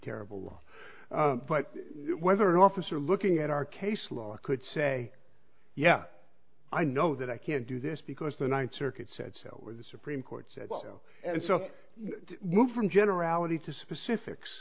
terrible but whether an officer looking at our case law could say yeah i know that i can't do this because the ninth circuit said so or the supreme court said oh and so moved from generality to specifics